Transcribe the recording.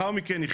לאחר מכן,